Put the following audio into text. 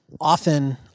often